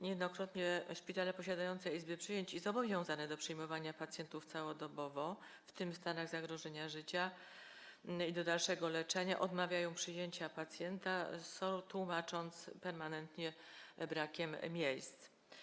Niejednokrotnie szpitale posiadające izby przyjęć i zobowiązane do przyjmowania pacjentów całodobowo, w tym w stanach zagrożenia życia, i do dalszego leczenia odmawiają przyjęcia pacjenta, tłumacząc się permanentnie brakiem miejsc.